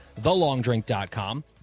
thelongdrink.com